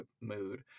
mood